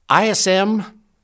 ISM